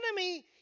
enemy